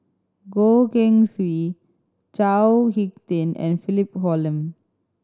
Goh Keng Swee Chao Hick Tin and Philip Hoalim